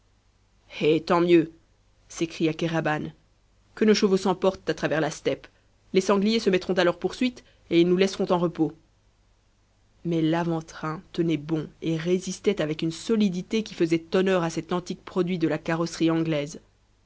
eh tant mieux s'écria kéraban que nos chevaux s'emportent à travers la steppe les sangliers se mettront à leur poursuite et ils nous laisseront en repos mais l'avant-train tenait bon et résistait avec une solidité qui faisait honneur à cet antique produit de la carrosserie anglaise